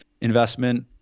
investment